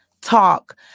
talk